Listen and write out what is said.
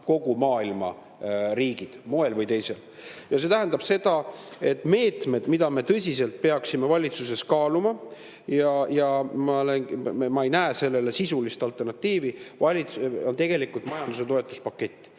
kogu maailma riigid moel või teisel. Ja see tähendab seda, et meetmed, mida me tõsiselt peaksime valitsuses kaaluma – ja ma ei näe sellele sisulist alternatiivi –, on tegelikult majanduse toetuspakett.